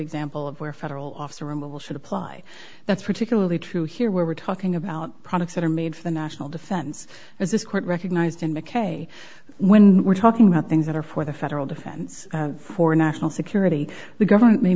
example of where federal officer removal should apply that's particularly true here where we're talking about products that are made for the national defense as this court recognized in mackay when we're talking about things that are for the federal defense for national security the government may